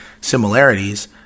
similarities